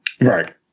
Right